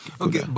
okay